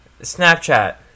Snapchat